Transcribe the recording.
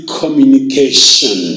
communication